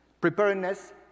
preparedness